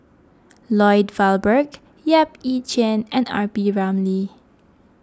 Lloyd Valberg Yap Ee Chian and R P Ramlee